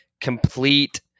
complete